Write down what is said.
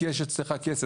כי יש אצלך כסף.